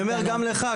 אני אומר גם לך,